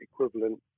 equivalent